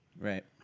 Right